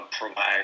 provide